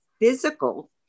physical